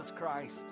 Christ